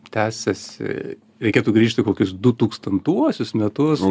tęsiasi reikėtų grįžt į kokius du tūkstantuosius metus